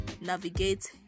navigate